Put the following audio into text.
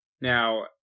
Now